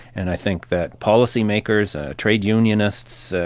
and i think that policymakers, trade unionists,